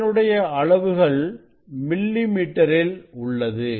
இதனுடைய அளவுகள் மில்லி மீட்டரில் உள்ளது